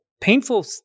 painful